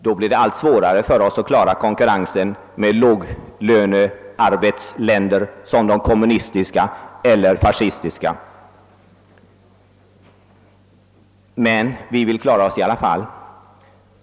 Då blir det allt svårare för oss att konkurrera med låglöneländer som de kommunistiska eller fascistiska. Men vi vill klara oss i alla fall.